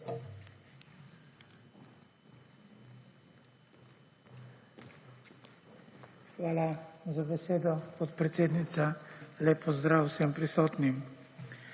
Hvala za besedo podpredsednica. Lep pozdrav vsem prisotnim.